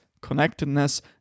connectedness